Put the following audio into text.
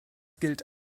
gilt